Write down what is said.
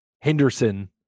henderson